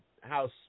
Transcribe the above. house